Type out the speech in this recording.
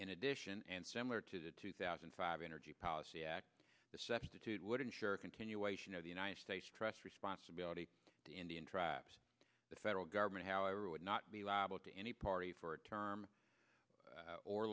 in addition and similar to the two thousand and five energy policy act the substitute would insure a continuation of the united states trust responsibility to indian tribes the federal government however would not be liable to any party for a term